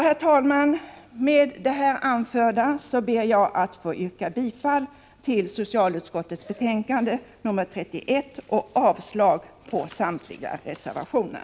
Herr talman! Med det anförda ber jag att få yrka bifall till socialutskottets hemställan i betänkandet nr 31 och avslag på samtliga reservationer.